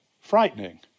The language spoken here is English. frightening